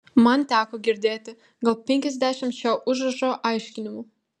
man teko girdėti gal penkiasdešimt šio užrašo aiškinimų